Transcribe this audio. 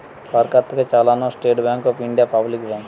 সরকার থেকে চালানো State Bank of India public bank